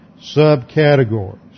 subcategories